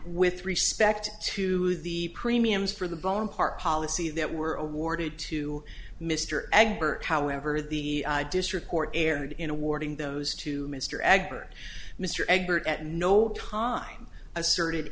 with respect to the premiums for the bone part policy that were awarded to mr egbert however the district court erred in awarding those to mr agger mr ebert at no time asserted